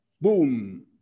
boom